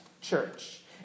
church